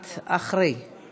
את אחרי ההצבעה.